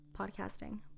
podcasting